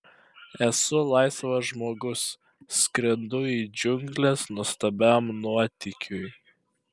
esu laisvas žmogus skrendu į džiungles nuostabiam nuotykiui